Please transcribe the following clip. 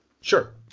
Sure